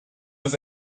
was